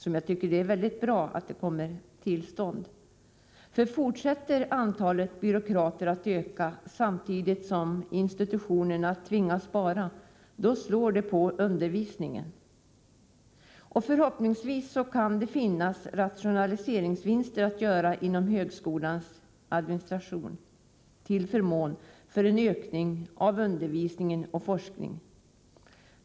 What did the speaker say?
Om antalet byråkrater fortsätter att öka — samtidigt som institutionerna tvingas spara — slår det nämligen mot undervisningen. Förhoppningsvis kan det finnas rationaliseringsvinster att göra inom högskolans administration till förmån för en ökning av undervisning och forskning.